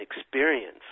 experience